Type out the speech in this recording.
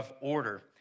order